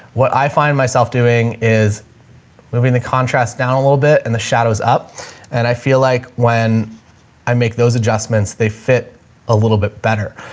what i find myself doing is moving the contrast down a little bit and the is up and i feel like when i make those adjustments they fit a little bit better.